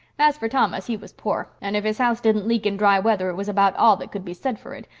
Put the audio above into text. as for thomas, he was poor, and if his house didn't leak in dry weather it was about all that could be said for it,